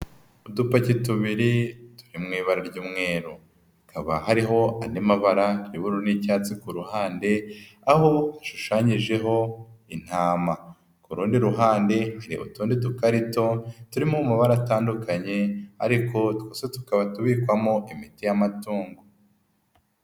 Udupaki tubiri turi mu ibara ry'umweru hakaba hariho andi mabara y'ubururu n'icyatsi ku ruhande, aho ashushanyijeho intama. Ku rundi ruhande hari utundi dukarito turimo amabara atandukanye ariko twose, tukaba tubikwamo imiti y'amatungo.